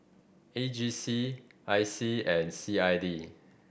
A G C I C and C I D